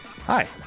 Hi